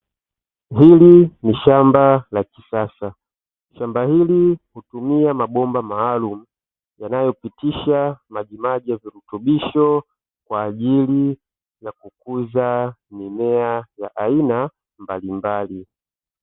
Hili ni shamba la kisasa. Shamba hili hutumia mabomba maalumu yanayopitisha majimaji ya virutubisho kwa ajili ya kukuza mimea ya aina mbalimbali.